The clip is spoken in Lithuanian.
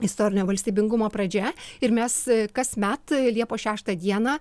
istorinio valstybingumo pradžia ir mes kasmet liepos šeštą dieną